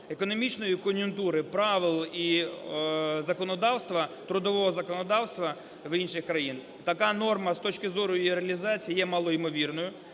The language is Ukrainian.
економічної кон'юнктури, правил і законодавства, трудового законодавства в інших країнах, така норма, з точки зору реалізації, є малоймовірною.